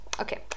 Okay